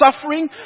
suffering